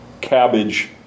cabbage